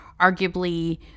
arguably